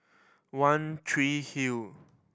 One Tree Hill